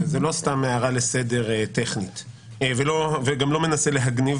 וזו לא סתם הערה לסדר טכנית ואני גם לא מנסה להגניב